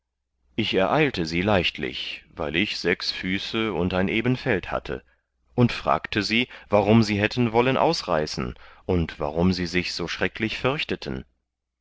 ich ereilte sie leichtlich weil ich sechs füße und ein eben feld hatte und fragte sie warum sie hätten wollen ausreißen und warum sie sich so schrecklich förchteten